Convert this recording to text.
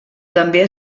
també